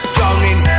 Drowning